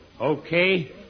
Okay